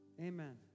Amen